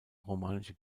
romanische